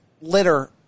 litter